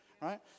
right